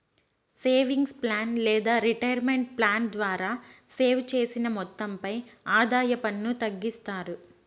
savings plan లేదా retirement plan ద్వారా save చేసిన మొత్తంపై ఆదాయ పన్ను తగ్గిస్తారు